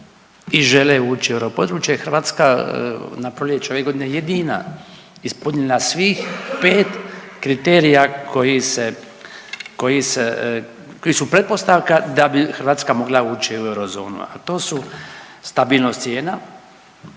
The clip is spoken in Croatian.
i žele ući u europodručje Hrvatska na proljeće ove godine jedina ispunila svih 5 kriterija koji se, koji se, koji su pretpostavka da bi Hrvatska mogla ući u eurozonu, a to su stabilnost cijena,